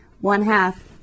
one-half